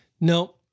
no